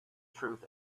truth